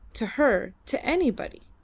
to her, to anybody?